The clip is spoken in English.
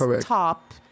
top